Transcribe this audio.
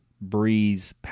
Breeze